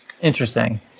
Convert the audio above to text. Interesting